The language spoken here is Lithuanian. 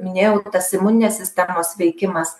minėjau tas imuninės sistemos veikimas